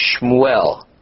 Shmuel